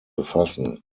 befassen